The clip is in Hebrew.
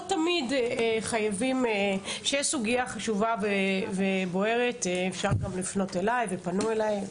כשיש סוגיה חשובה ובוערת אפשר גם לפנות אליי ופנו אליי,